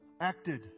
acted